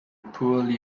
poorly